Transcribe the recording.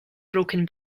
broken